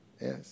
yes